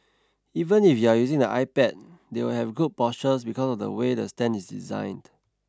even if you're using the iPad they will have good postures because of the way the stand is designed